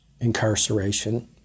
incarceration